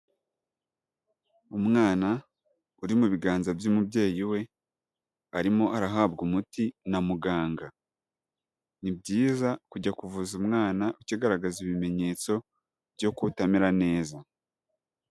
Umwana uri mu biganza by'umubyeyi we, arimo arahabwa umuti na muganga, ni byiza kujya kuvuza umwana ukigaragaza ibimenyetso byo kutamera neza.